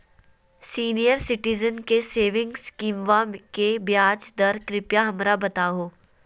senior citizen के saving स्कीमवा के ब्याज दर कृपया हमरा बताहो